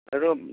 hello